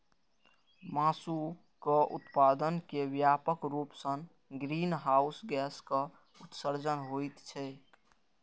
मासुक उत्पादन मे व्यापक रूप सं ग्रीनहाउस गैसक उत्सर्जन होइत छैक